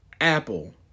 Apple